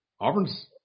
Auburn's